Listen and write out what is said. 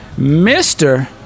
Mr